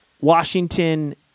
Washington –